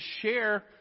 share